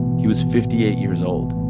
he was fifty eight years old